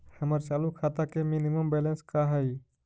हमर चालू खाता के मिनिमम बैलेंस का हई?